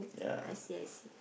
I see I see